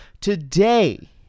Today